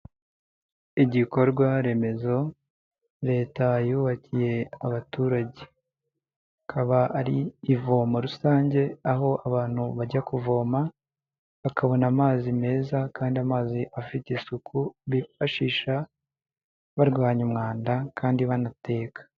Igikorwa remezo leta yubakiye abaturage, akaba ari ivomo rusange aho abantu bajya kuvoma, bakabona amazi meza kandi amazi afite isuku bifashisha barwanya umwanda kandi banateka.